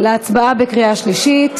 להצבעה בקריאה שלישית.